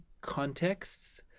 contexts